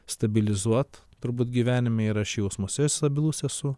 stabilizuot turbūt gyvenime ir aš jausmuose stabilus esu